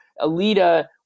Alita